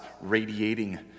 radiating